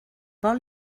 vol